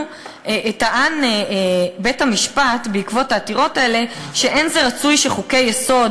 טען בית-המשפט בעקבות העתירות האלה שאין זה רצוי שחוקי-יסוד,